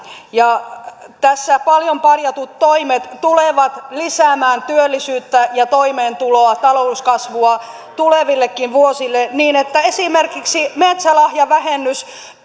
tässä paljon parjatut toimet tulevat lisäämään työllisyyttä ja toimeentuloa talouskasvua tulevillekin vuosille esimerkiksi metsälahjavähennys